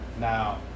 Now